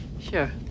Sure